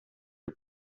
are